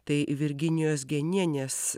tai virginijos genienės